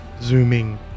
zooming